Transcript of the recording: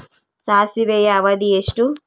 ಸಾಸಿವೆಯ ಅವಧಿ ಎಷ್ಟು?